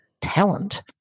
talent